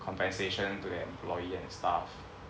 compensation to the employee and staff